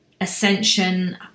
ascension